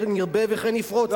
כן ירבה וכן יפרוץ,